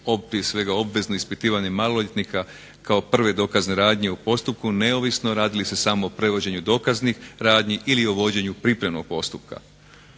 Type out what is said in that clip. svega obvezno ispitivanje maloljetnika kao prve dokazne radnje u postupku neovisno radi li se samo o prevođenju dokaznih radnji ili o vođenju pripremnog postupka.